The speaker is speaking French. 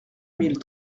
mille